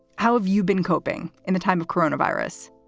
how have you been coping in the time of coronavirus?